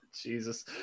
Jesus